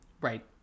Right